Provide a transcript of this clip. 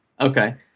Okay